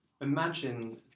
Imagine